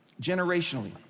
generationally